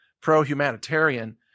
pro-humanitarian